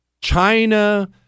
China